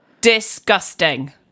Disgusting